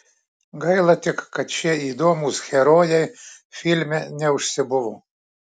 gaila tik kad šie įdomūs herojai filme neužsibuvo